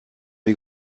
les